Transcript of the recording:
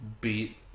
beat